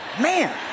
man